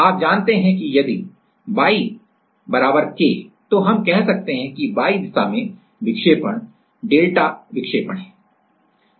आप जानते हैं कि यदि y k तो हम कहते हैं कि y दिशा में विक्षेपण है डेल्टा विक्षेपण है